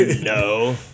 No